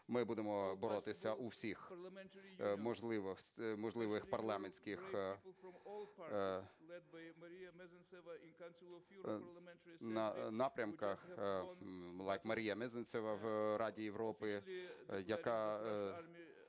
Ми будемо боротися у всіх можливих парламентських напрямках, як Марія Мезенцева в Раді Європи, яка